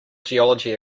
geology